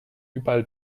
überall